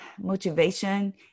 motivation